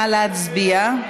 נא להצביע.